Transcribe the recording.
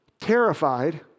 terrified